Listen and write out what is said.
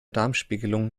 darmspiegelung